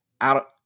out